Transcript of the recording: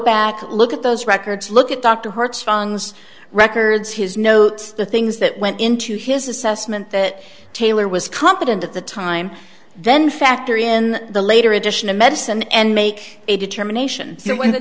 back look at those records look at dr hearts funks records his notes the things that went into his assessment that taylor was competent at the time then factor in the later addition of medicine and make a determination